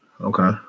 Okay